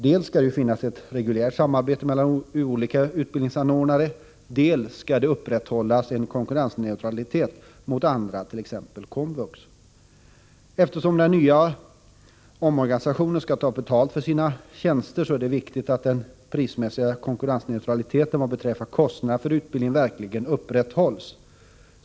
Dels skall det ju finnas ett reguljärt samarbete mellan olika utbildningsanordnare, dels skall det upprätthållas konkurrensneutralitet gentemot andra, t.ex. komvux. Eftersom den nya organisationen skall ta betalt för sina tjänster, är det viktigt att den prismässiga konkurrensneutraliteten vad beträffar kostnaderna för utbildningen verkligen upprätthålls.